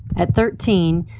at thirteen,